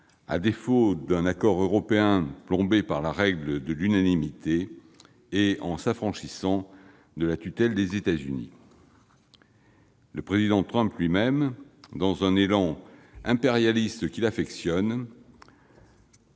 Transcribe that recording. l'absence d'un accord européen, « plombé » par la règle de l'unanimité, tout en s'affranchissant de la tutelle des États-Unis. Le président Trump lui-même, dans l'un de ces élans impérialistes qu'il affectionne,